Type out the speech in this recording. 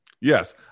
Yes